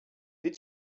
did